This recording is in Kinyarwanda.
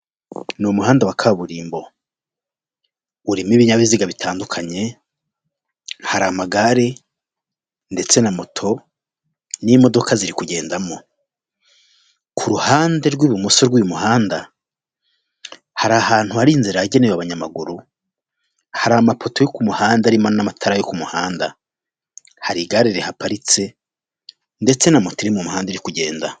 Ni umuhanda wa kaburimbo. Urimo ibinyabiziga bitandukanye, hari amagare ndetse na moto, n'imodoka ziri kugendamo. Ku ruhande rw'ibumoso rw'uyu muhanda, hari ahantu hari inzira yagenewe abanyamaguru, hari amapoto yo ku muhanda arimo n'amatara yo ku muhanda. Hari igare rihaparitse ndetse na moto iri mu muhanda iri kugenda.